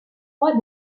roi